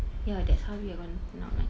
ya that's how we're going turn out like